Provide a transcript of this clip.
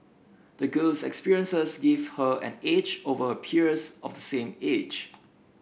the girl's experiences gave her an edge over her peers of the same age